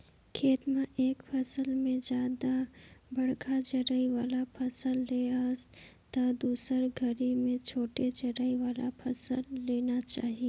खेत म एक फसल में जादा बड़खा जरई वाला फसल ले हस त दुसर घरी में छोटे जरई वाला फसल लेना चाही